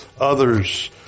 others